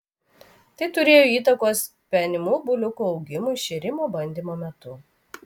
tai turėjo įtakos penimų buliukų augimui šėrimo bandymo metu